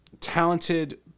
talented